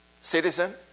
citizen